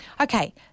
Okay